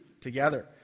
together